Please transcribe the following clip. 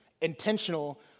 intentional